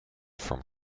from